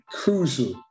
crucial